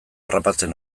harrapatzen